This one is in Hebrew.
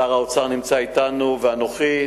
שר האוצר נמצא אתנו ואנוכי.